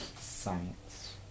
Science